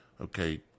Okay